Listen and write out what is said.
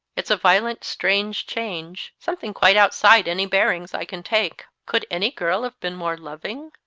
it's a violent, strange change. something quite out side any bearings i can take. could any girl have been more loving?